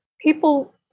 people